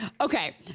Okay